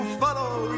follow